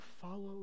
follow